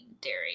dairy